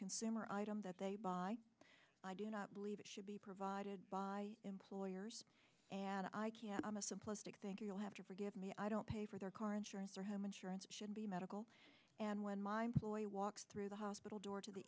consumer item that they buy i do not believe it should be provided by employers and i'm a simplistic thinking you'll have to forgive me i don't pay for their car insurance or him insurance should be medical and when my employer walks through the hospital door to the